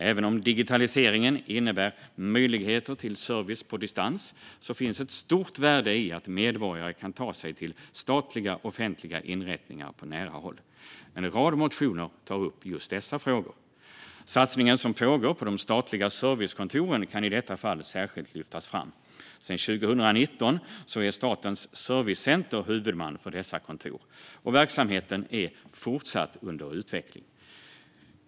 Även om digitaliseringen innebär möjligheter till service på distans finns ett stort värde i att medborgare kan ta sig till statliga offentliga inrättningar på nära håll. En rad motioner tar upp just dessa frågor. Satsningen som pågår på de statliga servicekontoren kan i detta fall särskilt lyftas fram. Sedan 2019 är Statens servicecenter huvudman för dessa kontor. Verksamheten är fortsatt under utveckling.